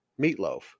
Meatloaf